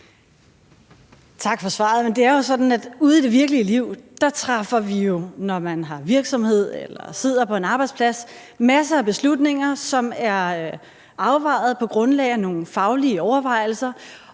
ude i det virkelige liv træffer man, når man har virksomhed eller sidder på en arbejdsplads, masser af beslutninger, som er afvejet på grundlag af nogle faglige overvejelser.